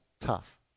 tough